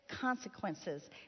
consequences